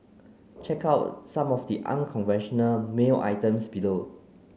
check out some of the unconventional mail items below